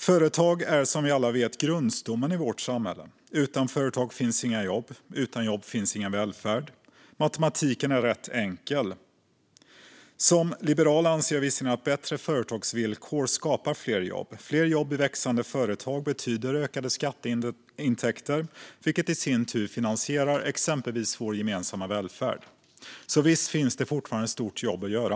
Företag är som vi alla vet grundstommen i vårt samhälle. Utan företag finns inga jobb. Utan jobb finns ingen välfärd. Matematiken är ganska enkel. Som liberal anser jag att bättre företagsvillkor skapar fler jobb. Fler jobb i växande företag betyder ökade skatteintäkter, vilket i sin tur finansierar exempelvis vår gemensamma välfärd. Det finns alltså fortfarande ett stort jobb att göra.